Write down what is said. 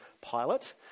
pilot